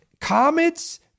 Comets